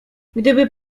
gdyby